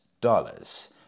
dollars